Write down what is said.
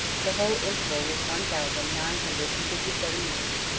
the whole interval was one thousand nine hundred and fifty-seven years,